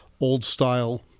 old-style